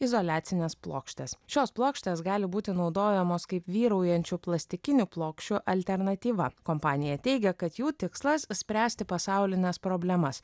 izoliacines plokštes šios plokštės gali būti naudojamos kaip vyraujančių plastikinių plokščių alternatyva kompanija teigia kad jų tikslas spręsti pasaulines problemas